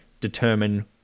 determine